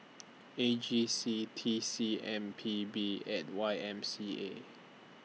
A G C T C M P B and Y M C A